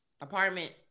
Apartment